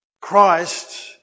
Christ